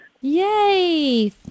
yay